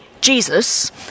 Jesus